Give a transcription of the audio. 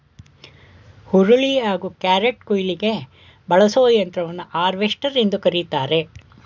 ಹುರುಳಿ ಹಾಗೂ ಕ್ಯಾರೆಟ್ಕುಯ್ಲಿಗೆ ಬಳಸೋ ಯಂತ್ರವನ್ನು ಹಾರ್ವೆಸ್ಟರ್ ಎಂದು ಕರಿತಾರೆ